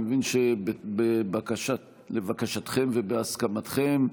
אני מבין שלבקשתכם ובהסכמתכם,